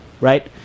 right